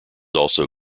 also